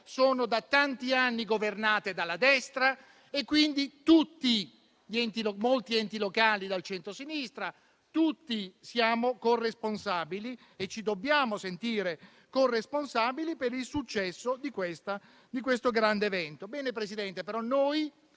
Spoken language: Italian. sono da tanti anni governate dalla destra e molti enti locali dal centrosinistra. Tutti siamo corresponsabili e ci dobbiamo sentire tali per il successo di questo grande evento. Presidente, noi